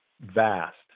vast